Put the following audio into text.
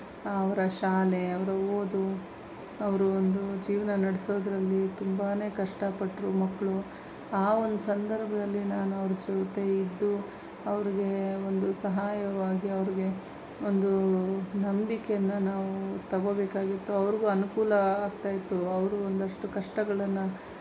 ಅವರ ಶಾಲೆ ಅವರ ಓದು ಅವರು ಒಂದು ಜೀವನ ನಡೆಸೋದ್ರಲ್ಲಿ ತುಂಬನೇ ಕಷ್ಟಪಟ್ಟರು ಮಕ್ಕಳು ಆ ಒಂದು ಸಂದರ್ಭದಲ್ಲಿ ನಾನು ಅವರ ಜೊತೆಯಿದ್ದು ಅವ್ರಿಗೆ ಒಂದು ಸಹಾಯವಾಗಿ ಅವ್ರಿಗೆ ಒಂದು ನಂಬಿಕೆಯನ್ನು ನಾವು ತೊಗೋಬೇಕಾಗಿತ್ತು ಅವ್ರಿಗೂ ಅನುಕೂಲ ಆಗ್ತಾಯಿತ್ತು ಅವರು ಒಂದಷ್ಟು ಕಷ್ಟಗಳನ್ನು